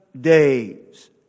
days